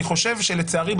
ואני חושב שלצערי,